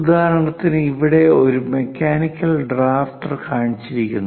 ഉദാഹരണത്തിന് ഇവിടെ ഒരു മെക്കാനിക്കൽ ഡ്രാഫ്റ്റർ കാണിച്ചിരിക്കുന്നു